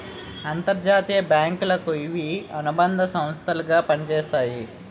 అంతర్జాతీయ బ్యాంకులకు ఇవి అనుబంధ సంస్థలు గా పనిచేస్తాయి